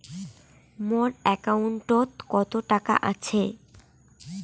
মোর একাউন্টত কত টাকা আছে?